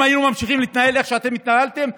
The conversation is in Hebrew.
אם היינו ממשיכים להתנהל איך שאתם התנהלתם,